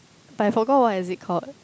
but I forgot what is it called